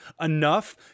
enough